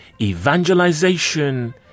Evangelization